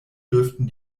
dürften